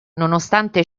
nonostante